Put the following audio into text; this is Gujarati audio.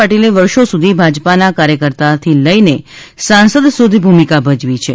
પાટીલે વર્ષો સુધી ભાજપાના કાર્યકર્તાથી લઇને સાંસદ સુધી ભૂમિકા ભજવી છે